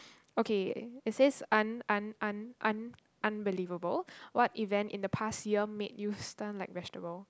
okay it says un un un un unbelievable what event in the past year made you stun like vegetable